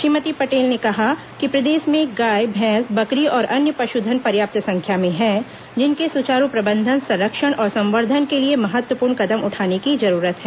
श्रीमती पटेल ने कहा कि प्रदेश में गाय भैंस बकरी और अन्य पशुधन पर्याप्त संख्या में हैं जिनके सुचारू प्रबंधन संरक्षण और संवर्द्वन के लिए महत्वपूर्ण कदम उठाने की जरूरत है